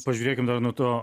pažiūrėkim dar nuo to